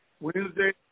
Wednesday